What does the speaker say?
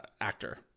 actor